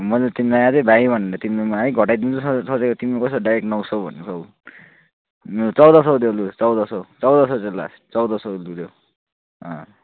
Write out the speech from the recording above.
मैले त तिमीलाई अझै भाइ भनेर तिमीलाई म अलिक घटाइदिन्छु सोचेको तिमी कस्तो डाइरेक्ट नौ सय भनेको हौ चौध सय देउ लु चौध सय चौध सय चाहिँ लास्ट चौध सय लु लेऊ